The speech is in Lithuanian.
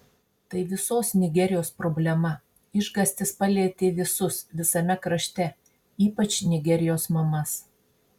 tai visos nigerijos problema išgąstis palietė visus visame krašte ypač nigerijos mamas